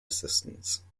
assistance